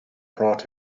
brought